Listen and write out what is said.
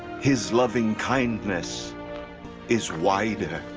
his loving kindness is wider.